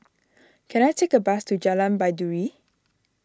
can I take a bus to Jalan Baiduri